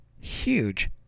huge